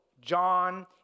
John